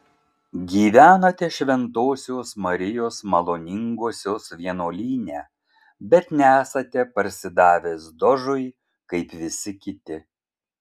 gyvenate šventosios marijos maloningosios vienuolyne bet nesate parsidavęs dožui kaip visi kiti